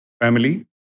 Family